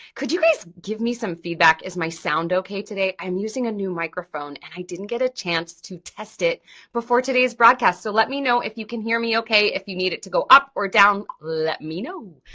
could you guys give me some feedback? is my sound okay today? i'm using a new microphone and i didn't get a chance to test it before today's broadcast so let me know if you can hear me okay, if you need it to go up or down, let me know.